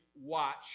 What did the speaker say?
watch